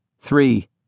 Three